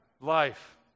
life